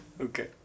Okay